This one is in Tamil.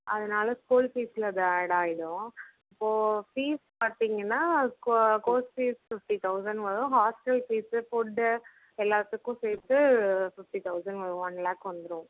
அதனால ஸ்கூல் ஃபீஸில் அது ஆட் ஆகிடும் இப்போது ஃபீஸ் பார்த்திங்கன்னா கோர்ஸ் ஃபீஸ் ஃபிஃப்டி தௌசண்ட் வரும் ஹாஸ்டல் ஃபீஸு ஃபுட்டு எல்லாத்துக்கும் சேர்த்து ஃபிஃப்டி தௌசண்ட் வரும் ஒன் லேக் வந்துடும்